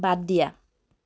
বাদ দিয়া